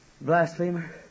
Blasphemer